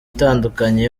itandukanye